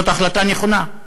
זאת החלטה נכונה.